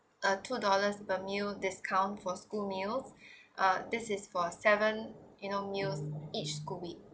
a two dollars per meal discount for school meal uh this is for seven you know meals each school week